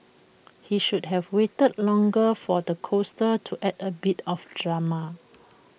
he should have waited longer for the coaster to add A bit of drama